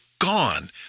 gone